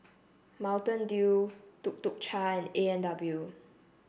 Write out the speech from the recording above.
Mountain Dew Tuk Tuk Cha A and W